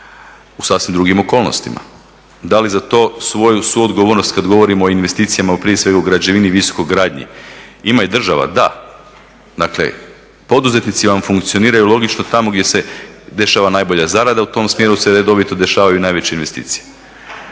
u sasvim drugim okolnostima. Da li za to svoju suodgovornost kada govorimo o investicijama prije svega u građevini i visokogradnji, ima i država, da. Dakle poduzetnici vam funkcioniraju logično tamo gdje se dešava najbolja zarada u tom smjeru se redovito dešavaju i najveće investicije.